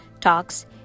talks